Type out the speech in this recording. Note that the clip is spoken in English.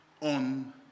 on